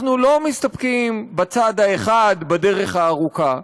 אנחנו לא מסתפקים בצעד האחד בדרך הארוכה.